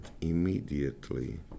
immediately